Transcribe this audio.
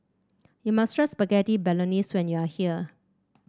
you must try Spaghetti Bolognese when you are here